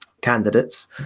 candidates